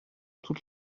toute